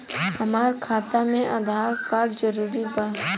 हमार खाता में आधार कार्ड जरूरी बा?